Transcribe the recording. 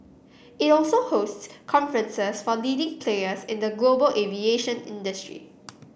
it also hosts conferences for leading players in the global aviation industry